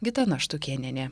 gitana štukėnienė